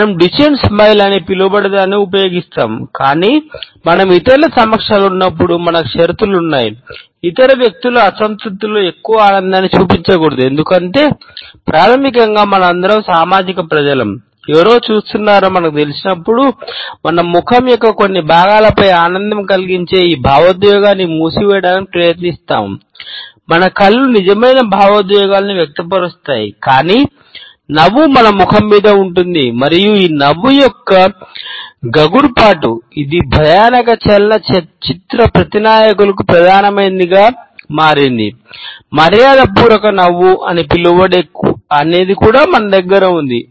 మనం డుచెన్ చిరునవ్వు ప్రధానమైనదిగా మారింది